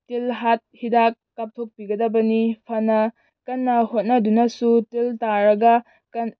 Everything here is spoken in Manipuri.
ꯇꯤꯜꯍꯥꯠ ꯍꯤꯗꯥꯛ ꯀꯥꯞꯊꯣꯛꯄꯤꯒꯗꯕꯅꯤ ꯐꯅ ꯀꯟꯅ ꯍꯣꯠꯅꯗꯨꯅꯁꯨ ꯇꯤꯟ ꯇꯥꯔꯒ